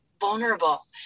vulnerable